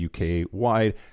UK-wide